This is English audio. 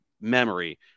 memory